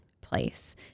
place